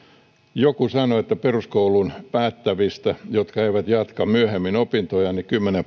joku sanoi että niistä peruskoulun päättävistä jotka eivät jatka myöhemmin opintojaan kymmenen